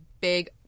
big